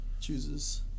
chooses